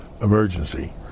emergency